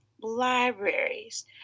libraries